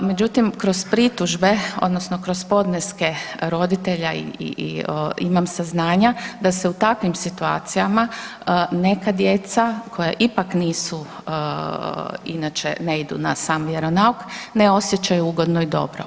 Međutim kroz pritužbe odnosno kroz podneske roditelja i, imam saznanja da se u takvim situacijama neka djeca koja ipak nisu inače ne idu na sam vjeronauk ne osjećaju ugodno i dobro.